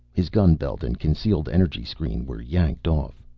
his gun belt and concealed energy screen were yanked off.